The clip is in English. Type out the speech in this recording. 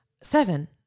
seven